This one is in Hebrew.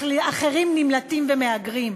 אחרים נמלטים ומהגרים.